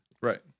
Right